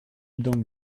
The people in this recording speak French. donc